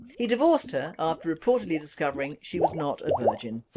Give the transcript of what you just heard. he divorced her after reportedly discovering she was not a virgin